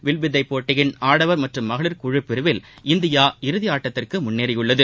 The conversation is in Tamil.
வில்வித்தைப் போட்டியின் ஆடவர் மற்றும் மகளிர் குழு பிரிவில் இந்தியா இறுதியாட்டத்திற்கு முன்னேறியுள்ளது